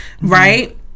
right